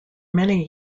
many